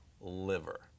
liver